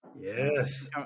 Yes